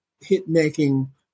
hit-making